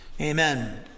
Amen